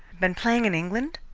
been playing in england?